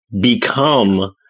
become